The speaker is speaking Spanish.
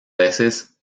veces